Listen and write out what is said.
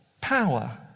power